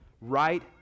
right